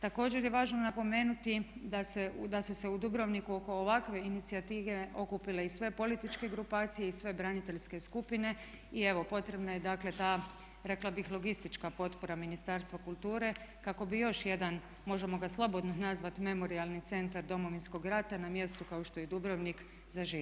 Također je važno napomenuti da su se u Dubrovniku oko ovakve inicijative okupile i sve političke grupacije i sve braniteljske skupine i evo potrebna je dakle ta rekla bih logistička potpora Ministarstva kulture kako bi još jedan možemo ga slobodno nazvati Memorijalni centar Domovinskog rata na mjestu kao što je Dubrovnik zaživio.